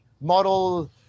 model